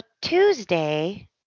Tuesday